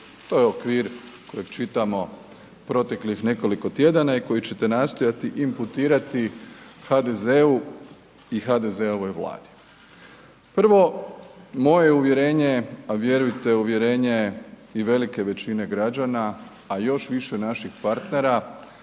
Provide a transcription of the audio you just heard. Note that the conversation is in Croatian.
To je okvir kojeg čitamo proteklih nekoliko tjedana i koji ćete nastojati imputirati HDZ-u i HDZ-ovoj vladi. Prvo moje uvjerenje, a vjerujte i uvjerenje velike građana, a još više naših partnera